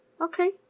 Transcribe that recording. Okay